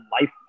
life